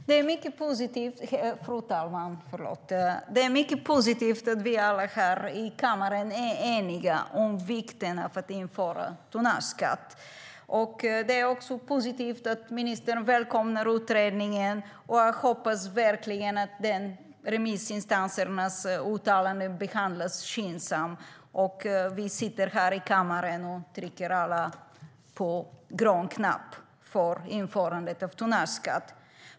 Fru talman! Det är mycket positivt att vi alla här i kammaren är eniga om vikten av att införa tonnageskatt. Det är också positivt att ministern välkomnar utredningen. Jag hoppas verkligen att remissinstansernas uttalanden behandlas skyndsamt och att vi alla här i kammaren trycker på den gröna knappen, för införandet av tonnageskatt.